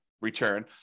Return